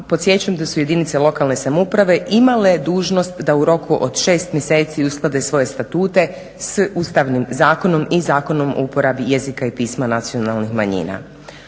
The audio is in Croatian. podsjećam da su jedinice lokalne samouprave imale dužnost da u roku od 6 mjeseci usklade svoje statute s Ustavnim zakonom i Zakonom o uporabi jezika i pisma nacionalnih manjina.